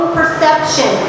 perception